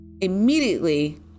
immediately